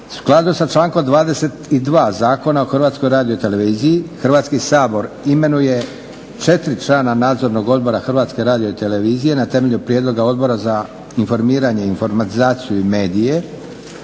skladu sa člankom 22. Zakona o HRT-u Hrvatski sabor imenuje četiri člana Nadzornog odbora HRT-a na temelju prijedloga Odbora za informiranje, informatizaciju i medije.